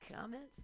Comments